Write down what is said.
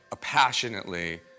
passionately